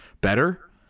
better